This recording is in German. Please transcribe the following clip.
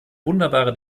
wunderbare